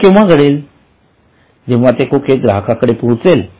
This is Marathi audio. हे केव्हा घडेल जेंव्हा ते खोके ग्राहकाकडे पोहोचेल